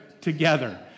together